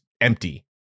empty